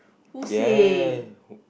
who say